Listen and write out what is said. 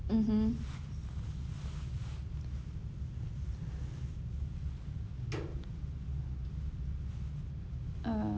mmhmm uh